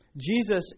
Jesus